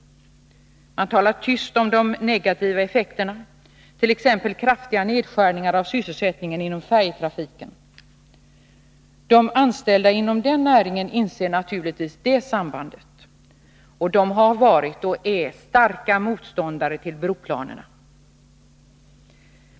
Man talar tyst om de negativa effekterna, t.ex. kraftiga nedskärningar i sysselsättningen inom färjetrafiken. De anställda inom den näringen inser naturligtvis detta samband, och de har varit och är starka motståndare till broplanerna.